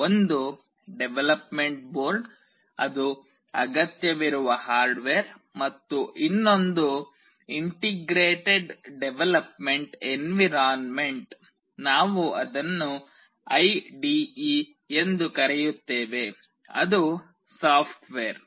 ಒಂದು development board ಅದು ಅಗತ್ಯವಿರುವ ಹಾರ್ಡ್ವೇರ್ ಮತ್ತು ಇನ್ನೊಂದು ಇಂಟಿಗ್ರೇಟೆಡ್ ಡೆವಲಪ್ಮೆಂಟ್ ಎನ್ವಿರಾನ್ಮೆಂಟ್ ನಾವು ಅದನ್ನು ಐಡಿಇ ಎಂದು ಕರೆಯುತ್ತೇವೆ ಅದು ಸಾಫ್ಟ್ವೇರ್